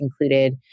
included